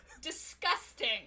disgusting